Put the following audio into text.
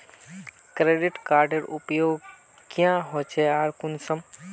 Credit कार्डेर उपयोग क्याँ होचे आर कुंसम?